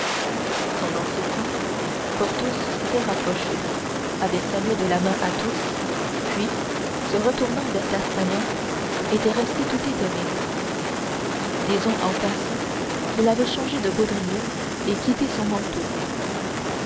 pendant ce temps porthos s'était rapproché avait salué de la main athos puis se retournant vers d'artagnan il était resté tout étonné disons en passant qu'il avait changé de baudrier et quitté son manteau